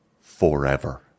forever